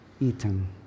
eaten